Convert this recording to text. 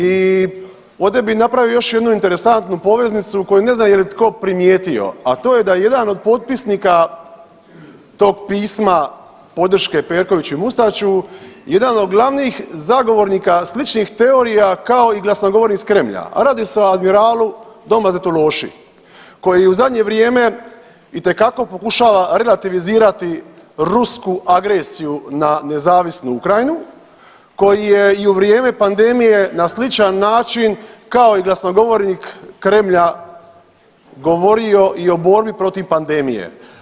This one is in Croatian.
I ovdje bih napravio još jednu interesantnu poveznicu koju ne znam jel' je tko primijetio, a to je da jedan od potpisnika tog pisma podrške Perkoviću i Mustaču, jedan od glavnih zagovornika sličnih teorija kao i glasnogovornik iz Kremlja, a radi se o admiralu Domazetu Loši koji u zadnje vrijeme pokušava relativizirati rusku agresiju na nezavisnu Ukrajinu, koji je i u vrijeme pandemije na sličan način kao i glasnogovornik Kremlja govorio i o borbi protiv pandemije.